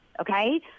okay